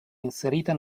inserita